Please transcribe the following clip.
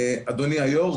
אדוני היושב-ראש,